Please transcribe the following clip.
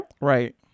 right